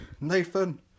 Nathan